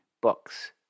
books